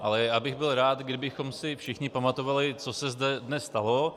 Ale byl bych rád, kdybychom si všichni pamatovali, co se zde dnes stalo.